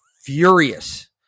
furious